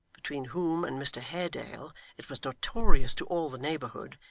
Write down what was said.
between whom and mr haredale, it was notorious to all the neighbourhood,